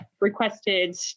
requested